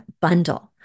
bundle